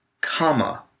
comma